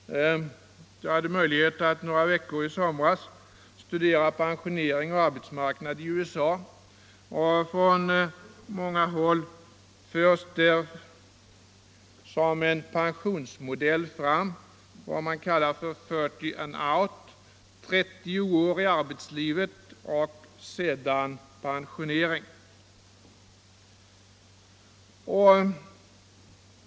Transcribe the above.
Jag hade möjlighet att några veckor i somras studera pensionering och arbetsmarknad i USA. Från många håll för man där fram en pensionsmodell som man kallar för ”30 and out” — 30 år i arbetslivet och sedan pensionering.